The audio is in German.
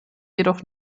jedoch